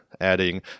adding